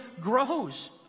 grows